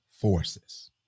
forces